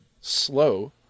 slow